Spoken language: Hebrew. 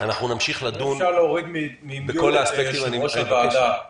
אנחנו נמשיך בשבוע הבא